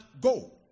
go